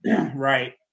right